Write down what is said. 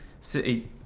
City